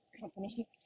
company